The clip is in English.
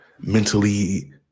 mentally